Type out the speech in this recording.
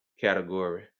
category